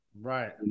Right